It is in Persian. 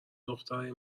دخترای